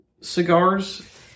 cigars